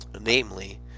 namely